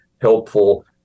helpful